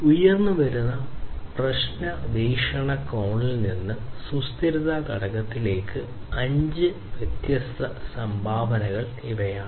ഉയർന്നുവരുന്ന പ്രശ്ന വീക്ഷണകോണിൽ നിന്ന് സുസ്ഥിരതാ ഘടകത്തിലേക്ക് അഞ്ച് വ്യത്യസ്ത സംഭാവനകൾ ഇവയാണ്